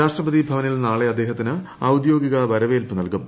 രാഷ്ട്രപതി ഭവനിൽ നാളെ അദ്ദേഹത്തിന് ക്ടൌദ്യോഗിക വരവേൽപ്പ് നൽകും